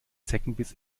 zeckenbiss